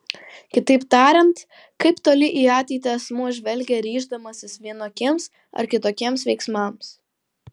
kitaip tariant kaip toli į ateitį asmuo žvelgia ryždamasis vienokiems ar kitokiems veiksmams